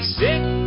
sick